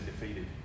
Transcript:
defeated